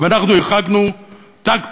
ואנחנו הרחקנו ת"ק פרסה.